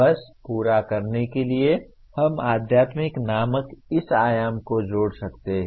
बस पूरा करने के लिए हम आध्यात्मिक नामक इस आयाम को जोड़ सकते हैं